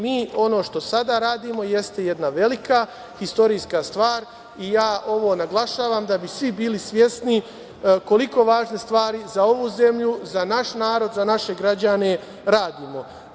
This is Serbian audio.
Mi ono što sada radimo jeste jedna velika istorijska stvar i ja ovo naglašavam da bi svi bili svesni koliko važne stvari za ovu zemlju, za naš narod, za naše građane radimo.